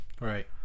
Right